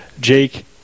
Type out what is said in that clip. jake